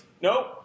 Nope